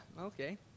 Okay